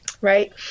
right